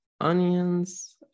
onions